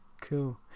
Cool